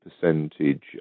percentage